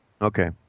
Okay